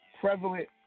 prevalent